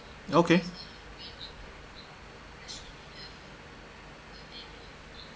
okay